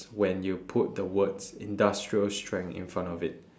when you put the words industrial strength in front of it